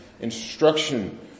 instruction